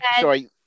sorry